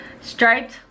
striped